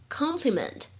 compliment